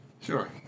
Sure